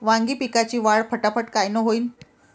वांगी पिकाची वाढ फटाफट कायनं होईल?